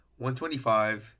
125